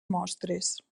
mostres